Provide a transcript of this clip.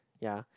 ya